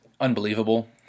unbelievable